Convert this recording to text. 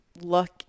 look